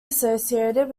associated